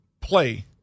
play